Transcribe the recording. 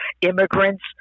immigrants